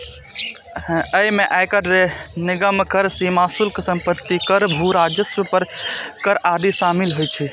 अय मे आयकर, निगम कर, सीमा शुल्क, संपत्ति कर, भू राजस्व पर कर आदि शामिल होइ छै